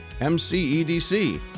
MCEDC